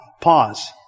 pause